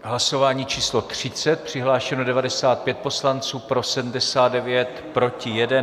Hlasování číslo 30, přihlášeno 95 poslanců, pro 79, proti 1.